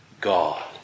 God